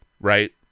Right